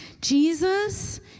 Jesus